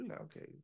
okay